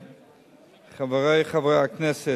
חברי חברי הכנסת,